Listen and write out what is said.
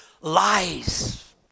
lies